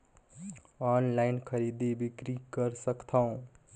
Online खरीदी बिक्री कर सकथव?